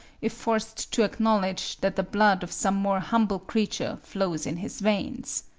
if forced to acknowledge that the blood of some more humble creature flows in his veins.